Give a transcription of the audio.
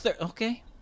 okay